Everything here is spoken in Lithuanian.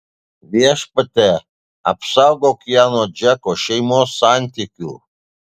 viešpatie apsaugok ją nuo džeko šeimos santykių